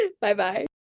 Bye-bye